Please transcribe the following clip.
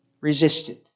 resisted